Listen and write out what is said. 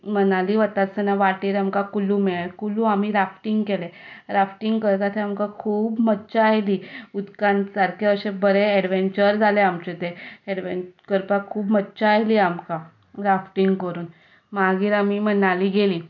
मनाली वताना वाटेर आमकां कुलू मेळ्ळें कुलू आमी राफ्टींग केलें राफ्टींग करता तें आमकां खूब मज्जा आयली उदकान सामकें अशें बरें एडवेंचर जालें आमचें तें एडवेंचर करपाक खूब मज्जा आयली आमकां राफ्टींग करून मागीर आमी मनाली गेली